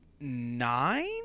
nine